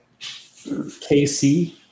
KC